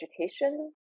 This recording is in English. education